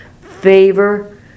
favor